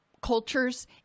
cultures